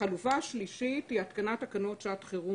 החלופה השלישית היא התקנת תקנות שעת חירום